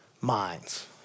minds